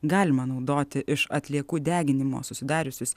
galima naudoti iš atliekų deginimo susidariusius